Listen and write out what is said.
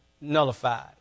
nullified